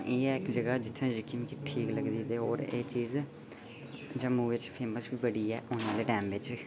इ'यै इक जगह जित्थै जेह्की ठीक लग्गी होर एह् चीज जम्मू बिच्च फेमस बी बड़ी ऐ औने आह्ले टैम बिच्च